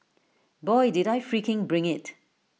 boy did I freaking bring IT